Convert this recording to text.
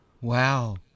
Wow